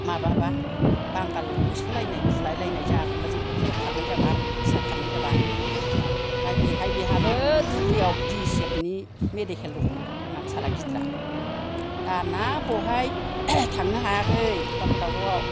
माबाबा बांगाल होसोलायनाय बुलायलायनाय जायाखै होनबा जों क'क्राझाराव खारनाय जाबा आरमि फिसा खारनाय जाबा आमफ्राय बेहाय बेहाबो दुब्रियाव दिएसएफ नि मेदिकेल दंमोन आंना फिसाला गिदिरा दाना बहाय थांनो हायाखै बांगाल दावरावाव